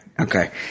Okay